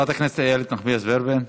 חברת הכנסת איילת נחמיאס ורבין.